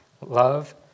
love